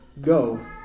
go